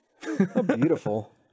Beautiful